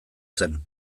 zen